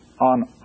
on